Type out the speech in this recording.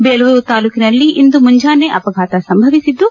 ಬೇಲೂರು ತಾಲ್ಲೂಕಿನಲ್ಲಿ ಇಂದು ಮುಂಜಾನೆ ಅಪಘಾತ ಸಂಭವಿಸಿದ್ದು